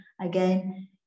again